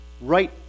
right